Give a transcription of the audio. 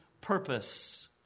purpose